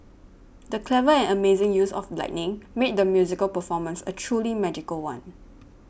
the clever and amazing use of lighting made the musical performance a truly magical one